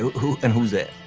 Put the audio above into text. who? and who is it?